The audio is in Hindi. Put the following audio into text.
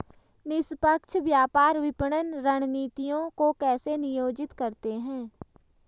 निष्पक्ष व्यापार विपणन रणनीतियों को कैसे नियोजित करते हैं?